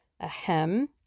ahem